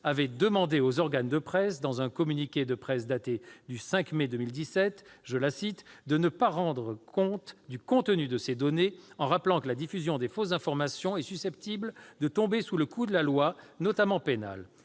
avait demandé aux organes de presse, dans un communiqué de presse daté du 6 mai 2017, de « ne pas rendre compte du contenu de ces données, en rappelant que la diffusion de fausses informations est susceptible de tomber sous le coup de la loi, notamment pénale »,